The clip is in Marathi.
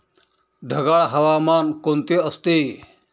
ढगाळ हवामान कोणते असते?